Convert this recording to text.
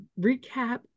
recap